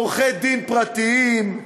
עורכי-דין פרטיים,